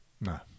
No